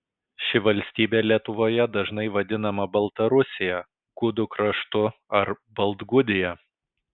ši valstybė lietuvoje dažnai vadinama baltarusija gudų kraštu ar baltgudija